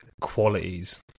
qualities